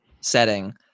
setting